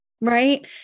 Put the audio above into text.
right